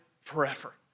forever